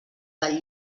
del